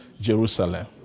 Jerusalem